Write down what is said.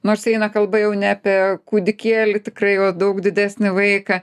nors eina kalba jau ne apie kūdikėlį tikrai o daug didesnį vaiką